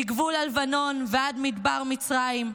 מגבול הלבנון ועד מדבר מצרים,